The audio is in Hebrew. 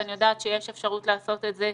ואני יודעת שיש אפשרות לעשות את זה,